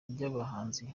ry’abahanzi